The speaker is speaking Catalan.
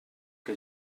que